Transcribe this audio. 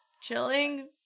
chilling